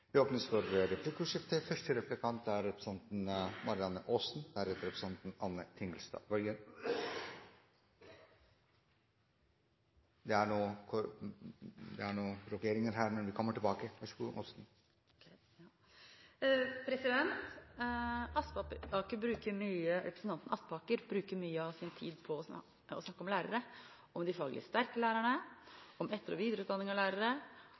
Det åpnes for replikkordskifte. Representanten Aspaker bruker mye av sin tid på å snakke om lærere – om de faglig sterke lærerne, om etter- og videreutdanning av lærere,